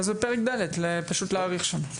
אז בפרק ד' פשוט להאריך שם.